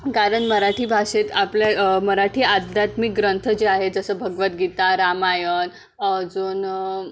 कारण मराठी भाषेत आपल्या मराठी आध्यात्मिक ग्रंथ जे आहे जसं भगवद्गीता रामायण अजून